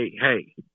Hey